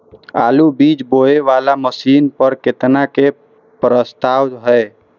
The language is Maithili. आलु बीज बोये वाला मशीन पर केतना के प्रस्ताव हय?